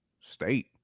state